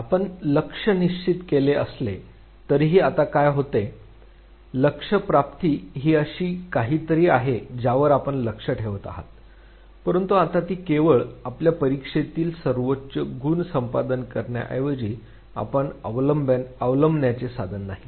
आपण लक्ष्य निश्चित केले असले तरीही आता काय होते लक्ष्य प्राप्ती ही अशी काहीतरी आहे ज्यावर आपण लक्ष ठेवत आहात परंतु आता ती केवळ आपल्या परीक्षेतील सर्वोच्च गुण संपादन करण्याऐवजी आपण अवलंबण्याचे साधन नाही